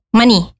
money